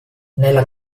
nella